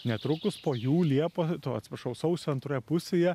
netrukus po jų liepą to atsiprašau sausio antroje pusėje